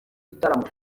gitaramo